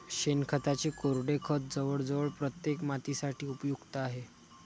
शेणखताचे कोरडे खत जवळजवळ प्रत्येक मातीसाठी उपयुक्त आहे